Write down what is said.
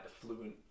fluent